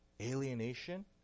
alienation